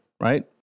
right